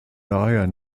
daher